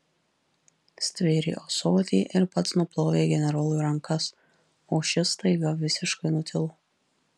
stvėrė ąsotį ir pats nuplovė generolui rankas o šis staiga visiškai nutilo